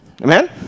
Amen